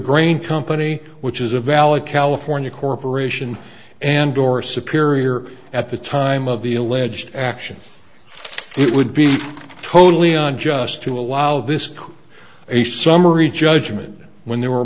grain company which is a valid california corporation and or superior at the time of the alleged actions it would be totally on just to allow this a summary judgment when there were